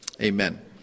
amen